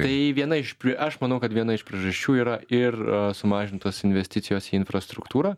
tai viena iš pri aš manau kad viena iš priežasčių yra ir sumažintos investicijos į infrastruktūrą